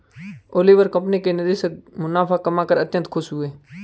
Oliver company के निवेशक मुनाफा कमाकर अत्यंत खुश हैं